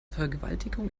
vergewaltigung